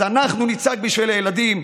אז אנחנו נצעק בשביל הילדים,